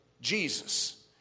Jesus